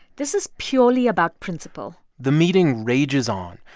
this is purely about principle the meeting rages on.